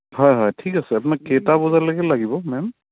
হয় হয় ঠিক আছে আপোনাক কেইটা বজালৈকে লাগিব মেম